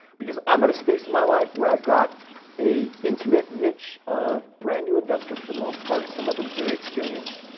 because i'm at a space in my life where i've got a intimate niche of brand-new investors for the most part. some of them very experienced.